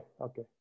okay